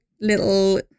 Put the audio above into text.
little